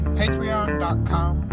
patreon.com